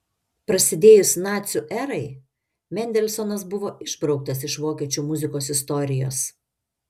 prasidėjus nacių erai mendelsonas buvo išbrauktas iš vokiečių muzikos istorijos